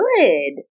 good